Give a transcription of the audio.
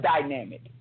dynamic